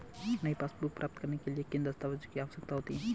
नई पासबुक प्राप्त करने के लिए किन दस्तावेज़ों की आवश्यकता होती है?